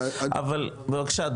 אבל בבקשה,